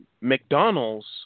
McDonald's